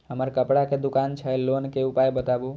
हमर कपड़ा के दुकान छै लोन के उपाय बताबू?